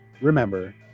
Remember